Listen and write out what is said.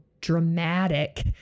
dramatic